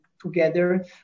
together